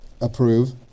approve